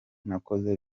nakoze